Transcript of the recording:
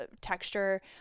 texture